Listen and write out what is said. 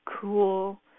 cool